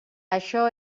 això